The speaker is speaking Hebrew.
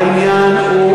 העניין הוא,